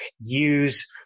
use